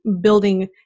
building